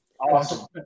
Awesome